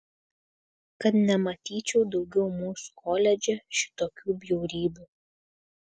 kad nematyčiau daugiau mūsų koledže šitokių bjaurybių